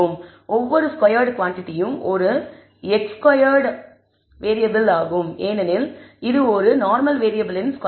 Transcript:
ஒவ்வொரு ஸ்கொயர்ட் குவாண்டிடியும் ஒரு χ ஸ்கொயர்ட் வேறியபிள் ஆகும் ஏனெனில் இது ஒரு நார்மல் வேறியபிளின் ஸ்கொயர் ஆகும்